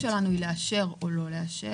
הסמכות של הוועדה היא לאשר או לא לאשר.